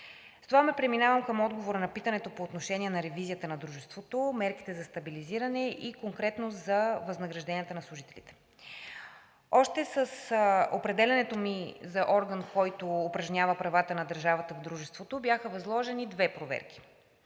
С това преминавам към отговора на питането по отношение на ревизията на дружеството, мерките за стабилизиране и конкретно за възнагражденията на служителите. Още с определянето ми за орган, който упражнява правата на държавата в дружеството, бяха възложени две проверки.